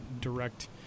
direct